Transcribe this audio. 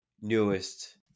newest